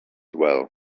well